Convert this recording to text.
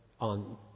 on